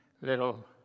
little